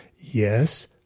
yes